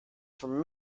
from